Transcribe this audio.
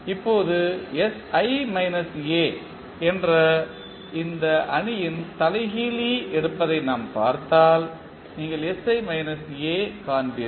இப்போது sI A என்ற இந்த அணியின் தலைகீழி எடுப்பதை நாம் எடுத்தால் நீங்கள் காண்பீர்கள்